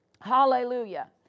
Hallelujah